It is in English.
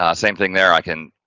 ah same thing there i can,